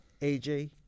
AJ